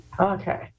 Okay